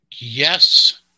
Yes